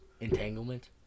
Entanglement